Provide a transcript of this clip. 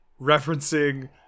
referencing